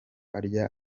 arya